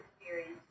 experience